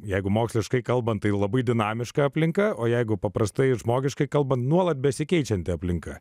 jeigu moksliškai kalbant tai labai dinamiška aplinka o jeigu paprastai žmogiškai kalbant nuolat besikeičianti aplinka